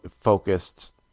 focused